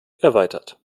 erweitert